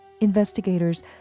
Investigators